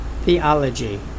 theology